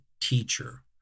teacher